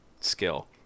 skill